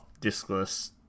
discless